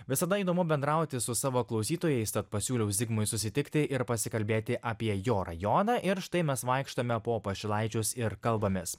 visada įdomu bendrauti su savo klausytojais tad pasiūliau zigmui susitikti ir pasikalbėti apie jo rajoną ir štai mes vaikštome po pašilaičius ir kalbamės